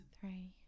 Three